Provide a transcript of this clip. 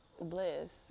bliss